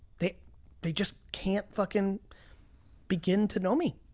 they they just can't fucking begin to know me.